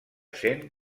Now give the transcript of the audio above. sent